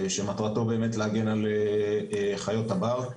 שמטרתו באמת להגן על חיות הבר.